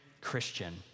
Christian